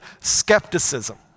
skepticism